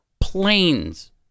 planes